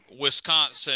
Wisconsin